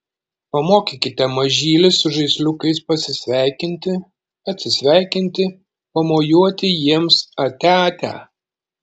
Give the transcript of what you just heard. pamokykite mažylį su žaisliukais pasisveikinti atsisveikinti pamojuoti jiems atia atia